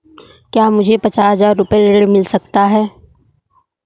क्या मुझे पचास हजार रूपए ऋण मिल सकता है?